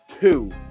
two